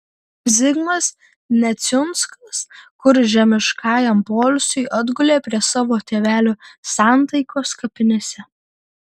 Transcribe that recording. zigmas neciunskas kur žemiškajam poilsiui atgulė prie savo tėvelių santaikos kapinėse